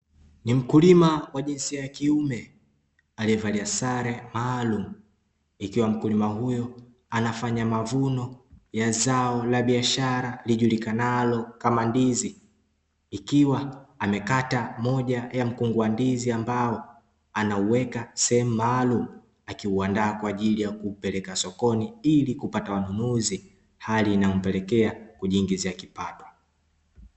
Ni mkulima wa jinsia ya kiume, aliyevalia sare maalumu, ikiwa mkulima huyu anafanya mavuno ya zao la biashara lijulikanalo kama ndizi, ikiwa amekata moja ya mkungu wa ndizi ambao anauweka sehemu maalumu akiuandaa kwa ajili ya kupeleka sokoni ili kupata wanunuzi, hali inayompelekea kujiingizia kipato.